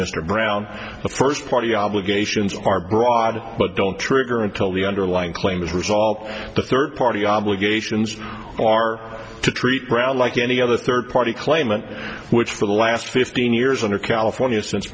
mr brown the first party obligations are broad but don't trigger until the underlying claim is resolved the third party obligations are to treat brown like any other third party claimant which for the last fifteen years under california since